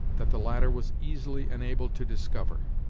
that the latter was easily enabled to discover.